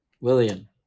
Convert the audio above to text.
William